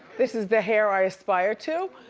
this is the hair i aspire to.